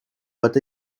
but